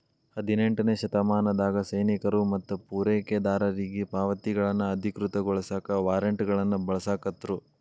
ಹದಿನೆಂಟನೇ ಶತಮಾನದಾಗ ಸೈನಿಕರು ಮತ್ತ ಪೂರೈಕೆದಾರರಿಗಿ ಪಾವತಿಗಳನ್ನ ಅಧಿಕೃತಗೊಳಸಾಕ ವಾರ್ರೆಂಟ್ಗಳನ್ನ ಬಳಸಾಕತ್ರು